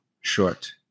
short